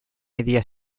entre